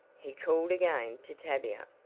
he called again to tavia,